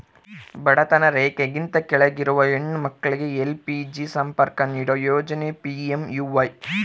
ಬಡತನ ರೇಖೆಗಿಂತ ಕೆಳಗಿರುವ ಹೆಣ್ಣು ಮಕ್ಳಿಗೆ ಎಲ್.ಪಿ.ಜಿ ಸಂಪರ್ಕ ನೀಡೋ ಯೋಜನೆ ಪಿ.ಎಂ.ಯು.ವೈ